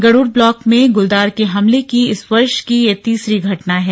Garuda block में गुलदार के हमले की इस वर्ष की ये तीसरी घटना है